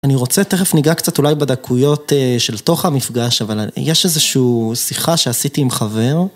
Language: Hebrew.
אני רוצה תכף ניגע קצת אולי בדקויות של תוך המפגש, אבל יש איזושהי שיחה שעשיתי עם חבר.